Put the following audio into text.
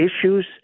issues